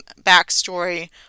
backstory